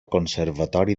conservatori